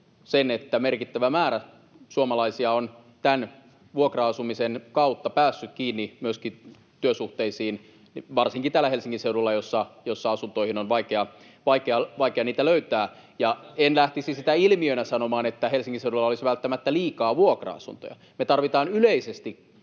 että merkittävä määrä suomalaisia on tämän vuokra-asumisen kautta päässyt kiinni myöskin työsuhteisiin, varsinkin täällä Helsingin seudulla, jossa asuntoja on vaikea löytää. En lähtisi siitä ilmiönä sanomaan, että Helsingin seudulla olisi välttämättä liikaa vuokra-asuntoja; me tarvitaan yleisesti